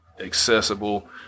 accessible